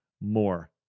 more